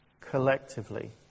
collectively